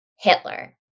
Hitler